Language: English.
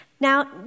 Now